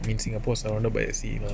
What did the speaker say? I mean singapore surrounded by the sea lah